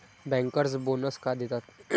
Bankers bonus का देतात?